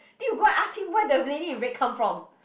then you go and ask him where the lady in red come from